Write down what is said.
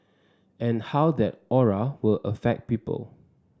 and how that aura will affect people